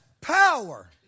power